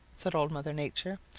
said old mother nature.